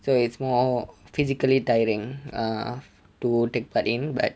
so it's more physically tiring uh to take part in but